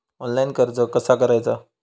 Online कर्ज कसा करायचा?